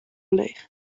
leech